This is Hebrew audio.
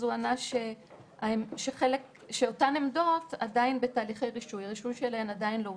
הוא ענה שאותן עמדות עדיין בתהליכי רישוי - הרישוי שלהן עדיין לא הוסדר,